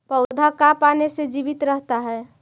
पौधा का पाने से जीवित रहता है?